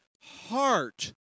heart